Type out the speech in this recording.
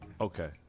Okay